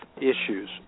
issues